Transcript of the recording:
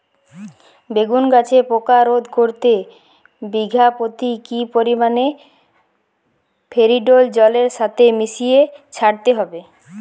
বেগুন গাছে পোকা রোধ করতে বিঘা পতি কি পরিমাণে ফেরিডোল জলের সাথে মিশিয়ে ছড়াতে হবে?